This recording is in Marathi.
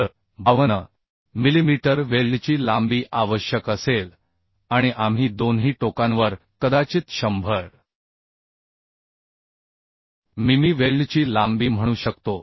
तर 52 मिलिमीटर वेल्डची लांबी आवश्यक असेल आणि आपण दोन्ही टोकांवर कदाचित 100 मिमी वेल्डची लांबी म्हणू शकतो